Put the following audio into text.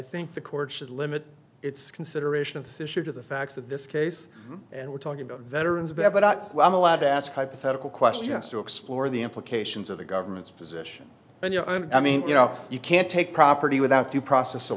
think the court should limit its consideration of this issue to the facts of this case and we're talking about veterans bed but i'm allowed to ask hypothetical questions to explore the implications of the government's position but i mean you know you can't take property without due process of